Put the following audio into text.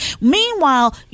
meanwhile